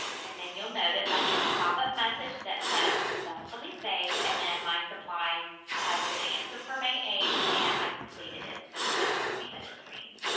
and then you'll notice i get my pop-up message that says successfully saved. and then my supplies has been answered for may eighth, and i completed it because it's showing me that it's green.